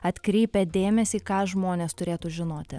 atkreipia dėmesį ką žmonės turėtų žinoti